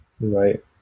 Right